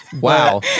wow